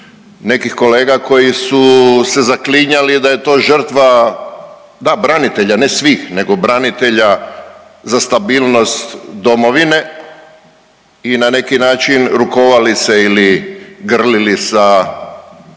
nekih kolega koji su se zaklinjali da je to žrtva, da, branitelja, ne svih, nego branitelja za stabilnost domovine i na neki način, rukovali se ili grlili sa tadašnjom